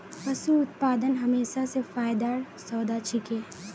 पशू उत्पादन हमेशा स फायदार सौदा छिके